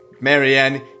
Marianne